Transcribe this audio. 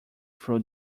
through